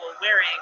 wearing